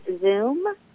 Zoom